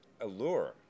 allure